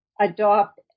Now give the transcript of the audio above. adopt